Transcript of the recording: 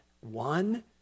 One